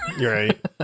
right